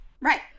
Right